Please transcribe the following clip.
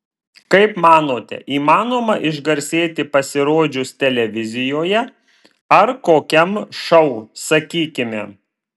kaip manote įmanoma išgarsėti pasirodžius televizijoje ar kokiam šou sakykime